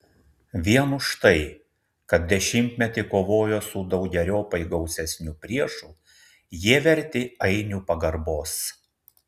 vien už tai kad dešimtmetį kovojo su daugeriopai gausesniu priešu jie verti ainių pagarbos